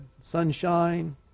sunshine